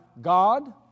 God